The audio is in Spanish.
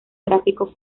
gráficos